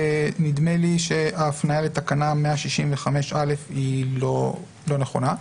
נדמה לי שההפניה לתקנה 165(א) היא לא נכונה.